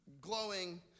glowing